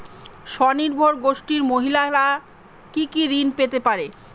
স্বনির্ভর গোষ্ঠীর মহিলারা কি কি ঋণ পেতে পারে?